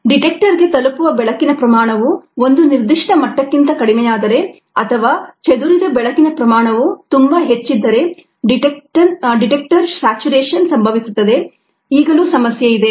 ಡಿಟೆಕ್ಟರ್ಗೆ ತಲುಪುವ ಬೆಳಕಿನ ಪ್ರಮಾಣವು ಒಂದು ನಿರ್ದಿಷ್ಟ ಮಟ್ಟಕ್ಕಿಂತ ಕಡಿಮೆಯಾದರೆ ಅಥವಾ ಚದುರಿದ ಬೆಳಕಿನ ಪ್ರಮಾಣವು ತುಂಬಾ ಹೆಚ್ಚಿದ್ದರೆ ಡಿಟೆಕ್ಟರ್ ಸ್ಯಾಚುರೇಶನ್ ಸಂಭವಿಸುತ್ತದೆ ಆಗಲೂ ಸಮಸ್ಯೆ ಇದೆ